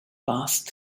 passed